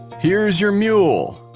here's your mule.